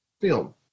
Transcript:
film